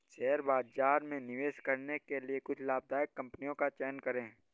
share बाजार में निवेश करने के लिए कुछ लाभदायक कंपनियों का चयन करें